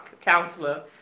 counselor